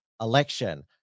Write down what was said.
election